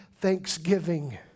thanksgiving